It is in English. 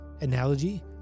analogy